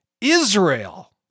Israel